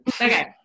Okay